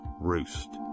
Roost